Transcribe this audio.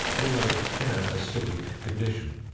although in an asphytic condition.